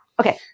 Okay